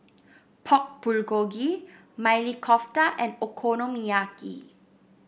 Pork Bulgogi Maili Kofta and Okonomiyaki